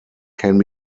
can